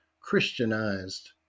Christianized